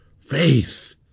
Faith